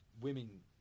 women